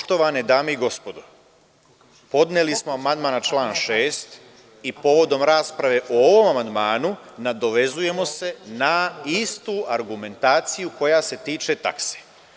Poštovane dame i gospodo, podneli smo amandman na član 6. i povodom rasprave o ovom amandmanu, nadovezujemo se na istu argumentaciju koja se tiče takse.